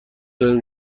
داریم